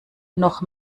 noch